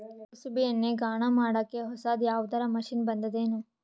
ಕುಸುಬಿ ಎಣ್ಣೆ ಗಾಣಾ ಮಾಡಕ್ಕೆ ಹೊಸಾದ ಯಾವುದರ ಮಷಿನ್ ಬಂದದೆನು?